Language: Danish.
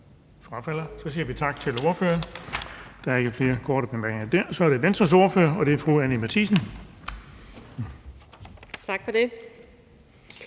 Så siger vi tak til ordføreren. Der er ikke flere korte bemærkninger. Så er det Venstres ordfører, og det er fru Anni Matthiesen. Kl.